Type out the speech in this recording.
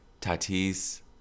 Tatis